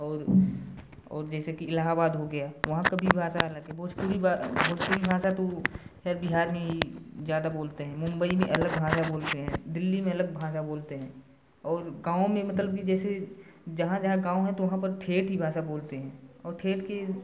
और और जैसे कि इलाहाबाद हो गया वहाँ का भी भाषा अलग है भोजपुरी भा भोजपुरी भाषा तो खैर बिहार में ही ज्यादा बोलते हैं मुम्बई में अलग भाषा बोलते हैं दिल्ली में अलग भाषा बोलते हैं और गाँव में मतलब कि जैसे जहाँ जहाँ गाँव हैं तो वहाँ पर ठेठ ही भाषा बोलते हैं और ठेठ की